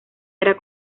era